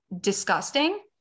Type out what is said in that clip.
disgusting